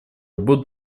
будут